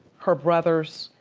her brothers,